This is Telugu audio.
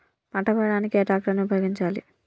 పంట కోయడానికి ఏ ట్రాక్టర్ ని ఉపయోగించాలి?